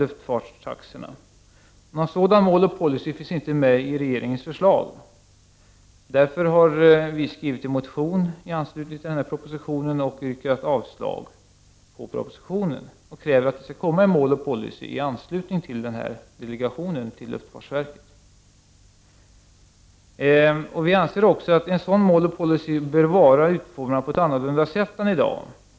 Något förslag om mål och policy finns inte med i regeringens proposition. Vi har därför i en motion yrkat avslag på propositionen. Vi kräver där att det skall komma ett förslag om mål och policy i anslutning till delegeringen till luftfartsverket. Vi anser också att mål och policy bör vara utformade på ett annat sätt än i dag.